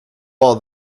all